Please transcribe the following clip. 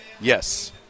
Yes